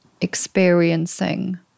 experiencing